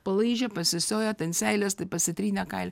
palaižė pasisiojo ten seiles tai pasitrynė ką